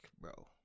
bro